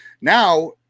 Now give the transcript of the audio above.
Now